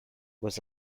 was